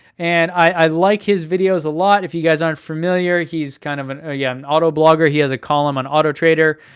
and i like his videos a lot. if you guys aren't familiar, he's kind of a young auto blogger, he has a column on autotrader,